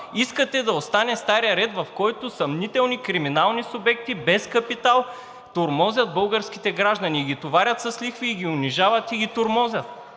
Искате да остане старият ред, в който съмнителни, криминални субекти без капитал тормозят българските граждани и ги товарят с лихви, и ги унижават, и ги тормозят.